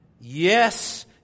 Yes